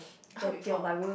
I heard before